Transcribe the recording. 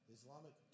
Islamic